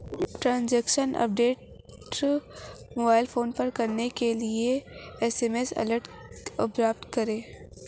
Transaction update के लिए mobile phone पर एस.एम.एस अलर्ट कैसे प्राप्त करें?